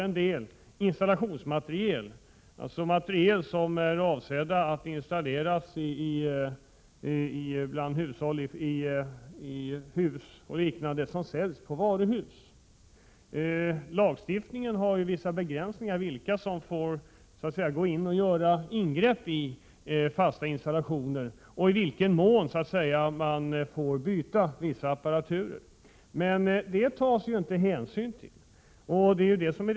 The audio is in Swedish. En del installationsmateriel som är avsedd att installeras i hus och liknande säljs på varuhus. I lagstiftningen anges vissa begränsningar beträffande vilka som får göra ingrepp i fasta installationer, byta viss apparatur osv. Men det tas inte hänsyn till detta vid försäljningen.